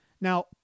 Now